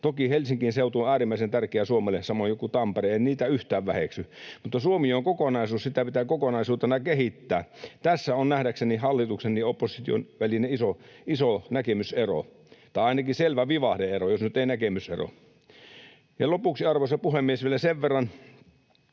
Toki Helsingin seutu on äärimmäisen tärkeä Suomelle, samoin joku Tampere, en niitä yhtään väheksy, mutta Suomi on kokonaisuus, sitä pitää kokonaisuutena kehittää. Tässä on nähdäkseni hallituksen ja opposition välinen iso, iso näkemysero — tai ainakin selvä vivahde-ero, jos nyt ei näkemysero. Lopuksi, arvoisa puhemies, vielä sen verran,